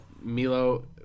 Milo